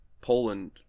Poland